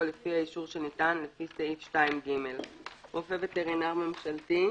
על פי האישור שניתן לפי סעיף 2(ג); "רופא וטרינר ממשלתי"